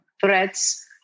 threats